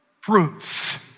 fruits